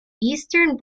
eastern